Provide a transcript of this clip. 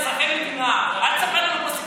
אני אגיד לך,